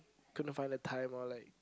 couldn't find the time or like